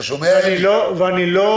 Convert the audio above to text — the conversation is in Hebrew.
אתה שומע, אלי?